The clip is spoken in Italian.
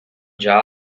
già